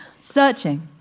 Searching